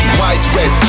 widespread